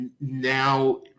now